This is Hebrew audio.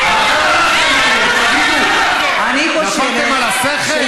תגידו, נפלתם על השכל?